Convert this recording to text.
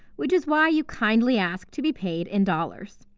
which is why you kindly asked to be paid in dollars.